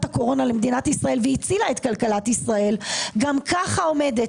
הקורונה למדינת ישראל והצילה את כלכלת ישראל גם ככה עומדת